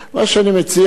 מה שאני מציע,